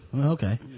Okay